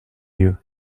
you